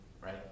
right